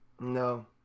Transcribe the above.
no